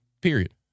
period